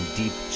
deep